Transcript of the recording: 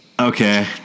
okay